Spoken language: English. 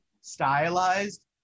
stylized